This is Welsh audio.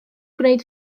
gwneud